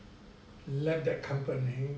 left that company